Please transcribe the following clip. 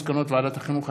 מסקנות ועדת החינוך,